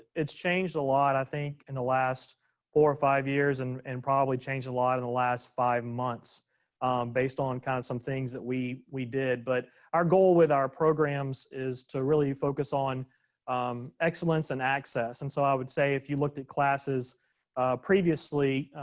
it's changed a lot, i think, in the last four or five years. and and probably changed a lot in the last five months based on kind of some things that we we did. but our goal with our programs is to really focus on um excellence and access. and so i would say if you looked at classes previously,